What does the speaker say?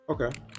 Okay